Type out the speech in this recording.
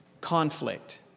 conflict